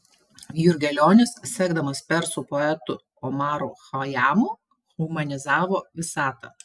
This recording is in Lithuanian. jurgelionis sekdamas persų poetu omaru chajamu humanizavo visatą